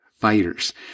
fighters